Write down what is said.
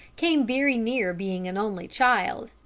came very near being an only child.